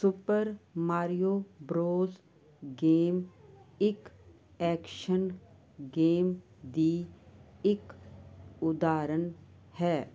super Mario Bros game ਇੱਕ action game ਦੀ ਇੱਕ ਉਦਾਹਰਣ ਹੈ